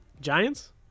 Giants